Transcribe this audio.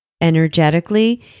energetically